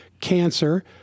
cancer